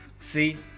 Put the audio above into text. see.